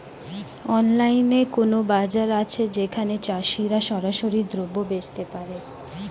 অনলাইনে কোনো বাজার আছে যেখানে চাষিরা সরাসরি দ্রব্য বেচতে পারে?